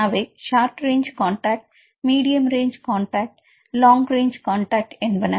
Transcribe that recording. அவைகள் short range contact medium range contact long range contact என்பன